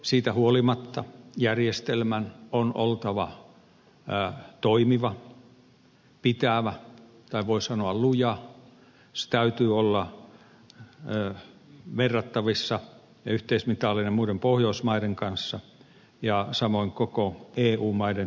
siitä huolimatta järjestelmän on oltava toimiva pitävä voi sanoa luja sen täytyy olla verrattavissa ja yhteismitallinen muiden pohjoismaiden kanssa ja samoin koko eu maiden turvapaikkajärjestelmään liittyvä